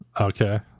Okay